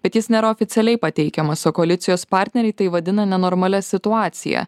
bet jis nėra oficialiai pateikiamas o koalicijos partneriai tai vadina nenormalia situacija